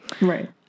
Right